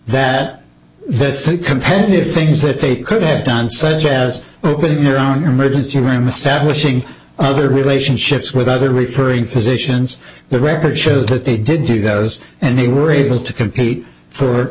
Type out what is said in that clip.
that this competitive things that they could have done such as your on your emergency room establishing other relationships with other referring physicians the record shows that they did do those and they were able to compete for